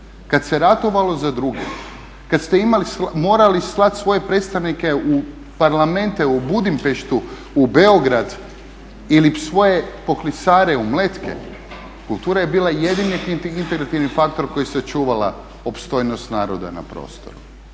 kad se ratovalo za druge, kad ste morali slati svoje predstavnike u parlamente u Budimpeštu, u Beograd ili svoje poklisare u Mletke kultura je bila jedini integrativni faktor koja je sačuvala opstojnost naroda na prostoru.